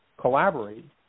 collaborate